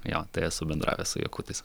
jo tai esu bendravęs su jakutais